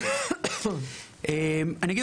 דבר נוסף, אני יודע